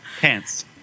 pants